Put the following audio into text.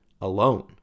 alone